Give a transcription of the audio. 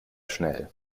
schnell